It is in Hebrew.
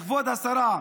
כבוד השרה: